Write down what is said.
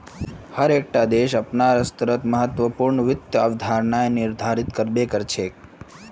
हर एक टा देश अपनार स्तरोंत महत्वपूर्ण वित्त अवधारणाएं निर्धारित कर बे करछे